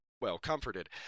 well-comforted